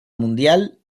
mundial